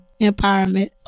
Empowerment